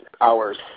hours